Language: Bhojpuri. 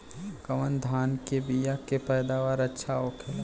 कवन धान के बीया के पैदावार अच्छा होखेला?